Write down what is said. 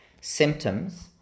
symptoms